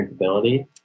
drinkability